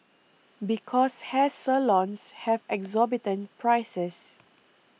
because hair salons have exorbitant prices